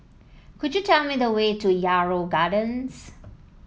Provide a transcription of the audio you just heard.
could you tell me the way to Yarrow Gardens